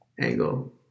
angle